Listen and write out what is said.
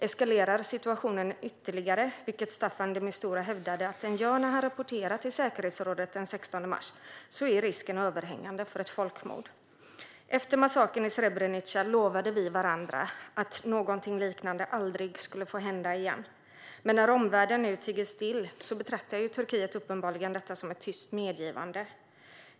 Om situationen eskalerar ytterligare, vilket Staffan de Mistura hävdade att den gör när han rapporterade till säkerhetsrådet den 16 mars, är risken för ett folkmord överhängande. Efter massakern i Srebrenica lovade vi varandra att någonting liknande aldrig skulle få hända igen. Men när omvärlden nu tiger still betraktar Turkiet uppenbarligen det som ett tyst medgivande.